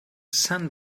send